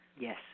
Yes